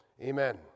Amen